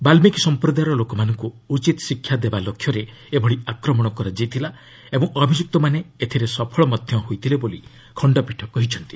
ବାଲ୍ଗୀକି ସମ୍ପ୍ରଦାୟର ଲୋକମାନଙ୍କୁ ଉଚିତ ଶିକ୍ଷା ଦେବା ଲକ୍ଷ୍ୟରେ ଏଭଳି ଆକ୍ରମଣ କରାଯାଇଥିଲା ଓ ଅଭିଯୁକ୍ତମାନେ ଏଥିରେ ସଫଳ ମଧ୍ୟ ହୋଇଥିଲେ ବୋଲି ଖଣ୍ଡପୀଠ କହିଛନ୍ତି